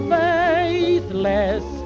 faithless